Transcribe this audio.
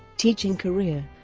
teaching career